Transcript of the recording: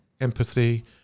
empathy